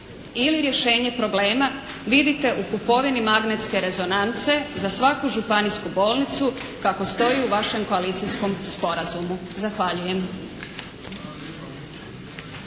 ili rješenje problema vidite u kupovini magnetske rezonance za svaku županijsku bolnicu kako stoji u vašem koalicijskom sporazumu? Zahvaljujem.